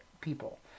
people